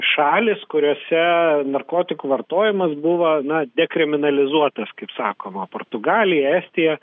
šalys kuriose narkotikų vartojimas buvo dekriminalizuotas kaip sakoma portugalija estija